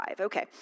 Okay